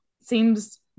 seems